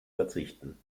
verzichten